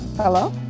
Hello